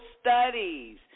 studies